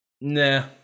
nah